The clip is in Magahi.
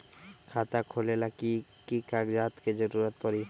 खाता खोले ला कि कि कागजात के जरूरत परी?